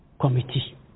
committee